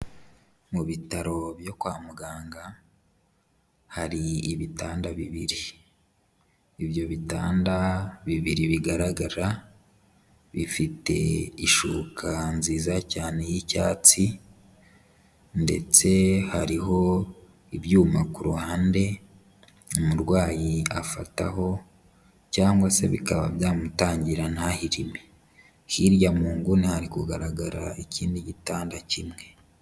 Mu bitaro byo kwa muganga hari ibitanda bibiri, ibyo bitanda bibiri bigaragara bifite ishuka nziza cyane y'icyatsi ndetse hariho ibyuma ku ruhande umurwayi afataho cyangwa se bikaba byamutangira ntahirime, hirya mu nguni hari kugaragara ikindi gitanda kimwe.